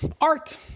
art